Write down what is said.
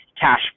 cash